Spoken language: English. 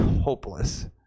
hopeless